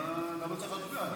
למה צריך להצביע,